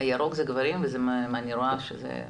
זה גברים ואני רואה שזה משמעותי.